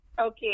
Okay